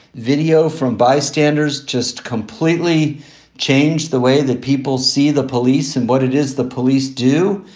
video from bystanders just completely changed the way that people see the police and what it is the police do.